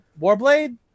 Warblade